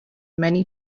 many